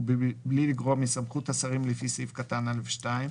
ובלי לגרוע מסמכות השרים לפי סעיף קטן (א)(2),